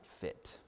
fit